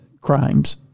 crimes